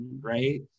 right